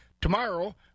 Tomorrow